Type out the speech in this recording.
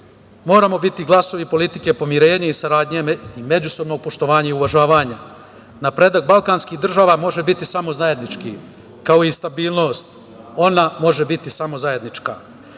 moramo biti glasovi politike, pomirenja i saradnje i međusobnog poštovanja i uvažavanja. Napredak balkanskih država može biti samo zajednički, kao i stabilnost, ona može biti samo zajednička. Istorija